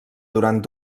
durant